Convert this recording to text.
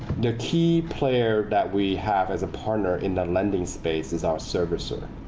the key player that we have as a partner in the lending space is our servicer.